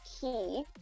key